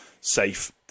safe